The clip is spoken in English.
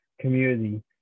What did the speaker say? community